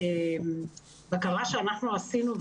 מהבקרה שאנחנו עשינו,